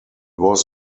was